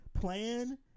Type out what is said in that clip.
plan